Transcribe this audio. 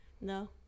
No